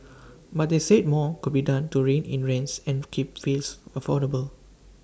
but they said more could be done to rein in rents and keep fees affordable